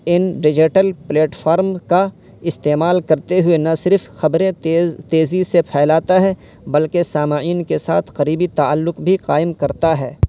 ان digital platform کا استعمال کرتے ہوئے نا صرف خبریں تیز تیزی سے پھیلاتا ہے بلکہ سامعین کے ساتھ قریبی تعلق بھی قائم کرتا ہے